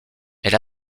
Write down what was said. elle